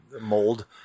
mold